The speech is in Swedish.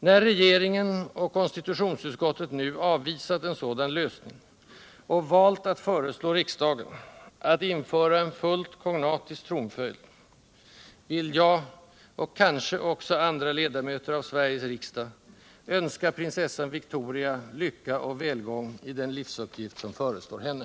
När regeringen och konstitutionsutskottet nu avvisat en sådan lösning och valt att föreslå riksdagen att införa en fullt kognatisk tronföljd vill jag — och kanske också andra ledamöter av Sveriges riksdag — önska prinsessan Victoria lycka och välgång i den livsuppgift som förestår henne.